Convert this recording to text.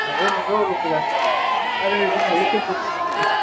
नंगौ नंगौ ल'खेलानो आरे जोंना ल'खेलनिफ्राय फैनायसो